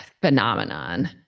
phenomenon